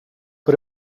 but